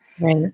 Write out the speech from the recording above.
Right